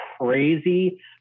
crazy